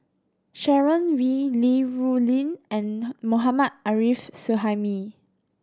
Sharon Wee Li Rulin and Mohammad Arif Suhaimi